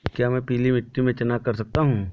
क्या मैं पीली मिट्टी में चना कर सकता हूँ?